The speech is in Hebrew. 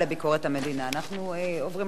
אנחנו עוברים לנושא הבא בסדר-היום: